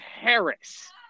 Harris